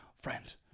friend